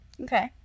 Okay